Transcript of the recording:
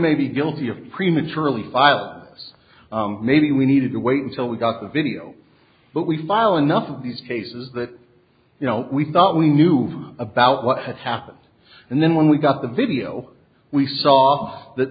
may be guilty of prematurely filed maybe we needed to wait until we got the video but we file enough of these cases that you know we thought we knew about what had happened and then when we got the video we saw that